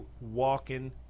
walking